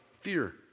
fear